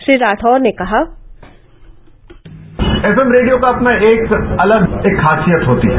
श्री राठौर ने कहा FM radio का अपना एक अलग एक खासियत होती है